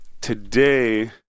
today